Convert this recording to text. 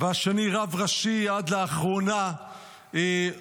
והשני רב ראשי עד לאחרונה ומנהיג